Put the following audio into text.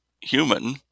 human